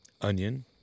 onion